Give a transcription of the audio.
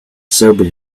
sobered